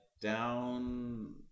down